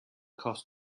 cost